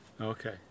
Okay